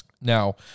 Now